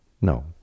No